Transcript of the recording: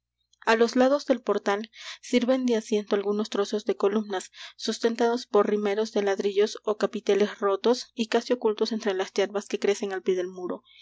á los lados del portal sirven de asiento algunos trozos de columnas sustentados por rimeros de ladrillos ó capiteles rotos y casi ocultos entre las yerbas que crecen al pie del muro